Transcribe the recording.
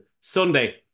Sunday